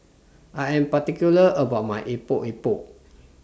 I Am particular about My Epok Epok